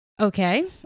okay